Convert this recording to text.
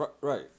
Right